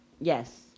Yes